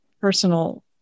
personal